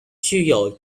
具有